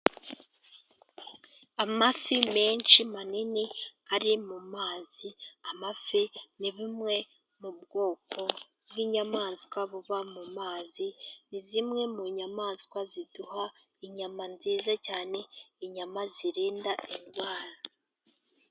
Amafi menshi manini ari mu mazi. Amafi ni bumwe mu bwoko bw'inyamaswa buba mu mazi, ni zimwe mu nyamaswa ziduha inyama nziza cyane, inyama zirinda indwara.